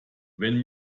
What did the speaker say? wenn